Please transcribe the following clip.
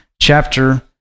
chapter